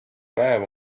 päev